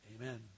amen